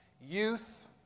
youth